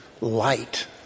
light